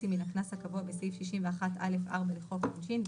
מן הקנס הקבוע בסעיף 61(א)(4) לחוק העונשין,